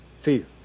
fear